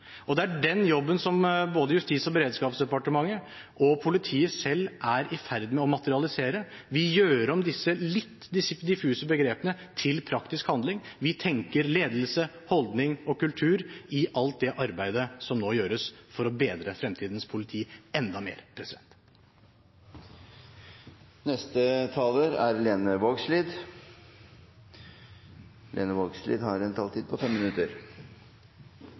Det er den jobben som både Justis- og beredskapsdepartementet og politiet selv er i ferd med å materialisere. Vi gjør om disse litt diffuse begrepene til praktisk handling. Vi tenker ledelse, holdning og kultur i alt det arbeidet som nå gjøres for å bedre fremtidens politi enda mer. Eg vil òg starte med å takke interpellanten for å setje eit veldig viktig tema på